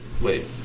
Wait